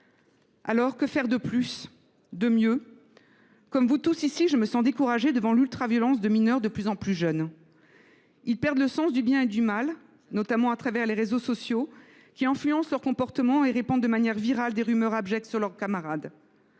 Alors, que faire de plus ? Que faire de mieux ? Comme vous tous ici, je me sens découragée devant l’ultraviolence de mineurs de plus en plus jeunes. Ceux ci perdent le sens du bien et du mal, notamment à travers les réseaux sociaux, qui influencent leurs comportements et répandent de manière virale des rumeurs abjectes sur leurs camarades.